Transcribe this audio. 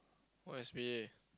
what is P_A